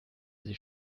sich